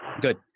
good